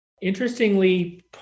Interestingly